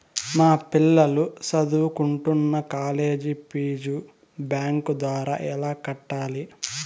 మా పిల్లలు సదువుకుంటున్న కాలేజీ ఫీజు బ్యాంకు ద్వారా ఎలా కట్టాలి?